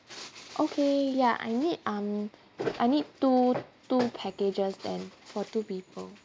okay ya I need um I need two two packages then for two people